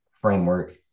framework